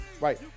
Right